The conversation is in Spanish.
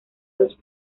dos